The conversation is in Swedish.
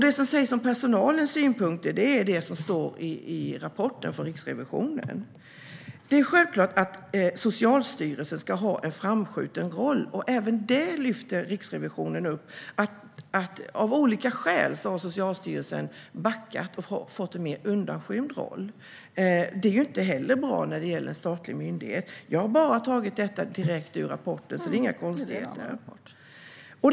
Det som sägs om personalens synpunkter är det som står i rapporten från Riksrevisionen. Det är självklart att Socialstyrelsen ska ha en framskjuten roll. Även det lyfter Riksrevisionen upp. Av olika skäl har Socialstyrelsen backat och fått en mer undanskymd roll. Det är inte bra när det gäller en statlig myndighet. Jag har tagit detta direkt ur rapporten, så det är inga konstigheter.